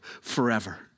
forever